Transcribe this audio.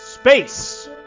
Space